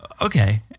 Okay